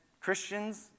Christians